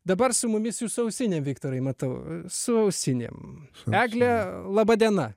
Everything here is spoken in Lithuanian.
dabar su mumis jūs su ausinėm viktorai matau su ausinėm egle laba diena